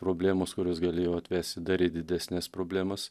problemos kurios galėjo atvesti dar į didesnes problemas